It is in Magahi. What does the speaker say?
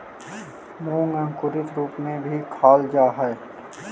मूंग अंकुरित रूप में भी खाल जा हइ